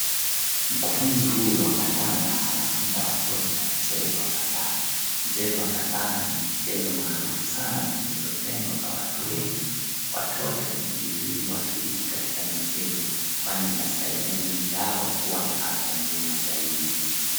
Mkufunzi huyo wa kandanda anafunza watoto mchezo wa kandanda. Mchezo wa kandanda ni mchezo maarufu sana zilizopendwa kwa watu wengi. Watoto ni vizuri washiriki katika mchezo kwani inasaidia mili yao kuwa na afya njema zaidi.